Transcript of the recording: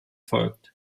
folgt